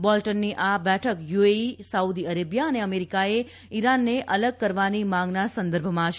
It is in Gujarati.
બોલ્ટનની આ બેઠક યુએઈ સાઉદી અરેબિયા અને અમેરિકાએ ઈરાનને અલગ કરવાની માંગના સંદર્ભમાં છે